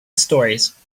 storeys